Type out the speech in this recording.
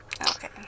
okay